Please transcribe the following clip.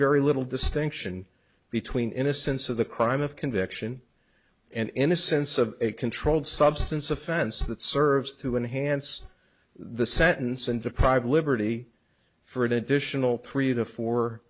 very little distinction between innocence of the crime of conviction and in the sense of a controlled substance offense that serves to enhance the sentence and deprive liberty for it dition all three to four